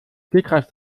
stegreif